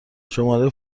شماره